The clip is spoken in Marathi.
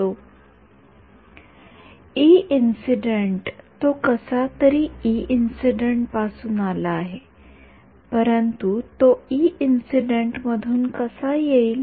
विद्यार्थी ई इंसिडेन्ट तो कसा तरी ई इंसिडेन्ट पासून आला पाहिजे परंतु तो ई इंसिडेन्ट मधून कसा येईल